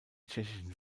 tschechischen